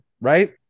right